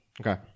Okay